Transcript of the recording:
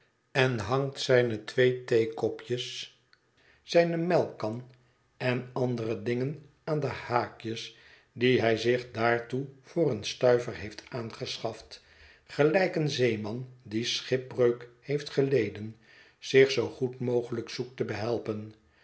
en hangt zijne twee theekopjes zijne melkkan en andere dingen aan de haakjes die hij zich daartoe voor een stuiver heeft aangeschaft gelijk een zeeman die schipbreuk heeft geleden zich zoo goed mogelijk zoekt te behelpen